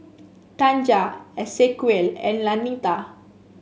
Tanja Esequiel and Lanita